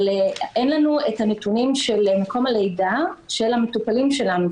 אבל אין לנו את הנתונים של מקום הלידה של המטופלים שלנו,